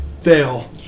Fail